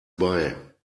bei